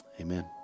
Amen